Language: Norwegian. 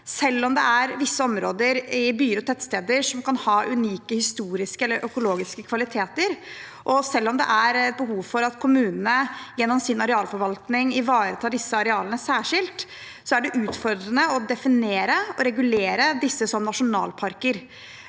Selv om det er visse områder i byer og tettsteder som kan ha unike historiske eller økologiske kvaliteter, og selv om det er et behov for at kommunene gjennom sin arealforvaltning ivaretar disse arealene særskilt, er det utfordrende å definere og regulere disse som nasjonalparker.